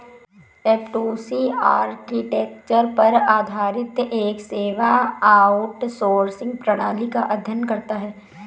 F two C architecture पर आधारित एक सेवा आउटसोर्सिंग प्रणाली का अध्ययन करता है